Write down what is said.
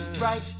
right